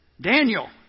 Daniel